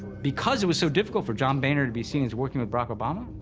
because it was so difficult for john boehner to be seen as working with barack obama,